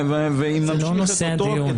זה לא נושא הדיון.